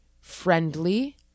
friendly